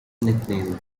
nicknamed